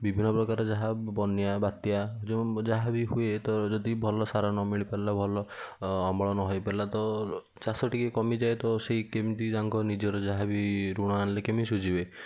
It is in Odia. ବିଭିନ୍ନ ପ୍ରକାର ଯାହା ବନ୍ୟା ବାତ୍ୟା ଯାହା ବି ହୁଏ ତ ଯଦି ଭଲ ସାର ନ ମିଳି ପାରିଲା ଭଲ ଅମଳ ନ ହେଇପାରିଲା ତ ଚାଷ ଟିକିଏ କମିଯାଏ ତ ସେଇ କେମିତି ତାଙ୍କ ନିଜର ଯାହାବି ଋଣ ଆଣିଲେ କେମିତି ଶୁଝିବେ